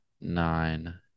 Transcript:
nine